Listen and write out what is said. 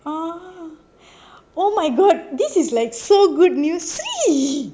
oh oh my god this is like so good news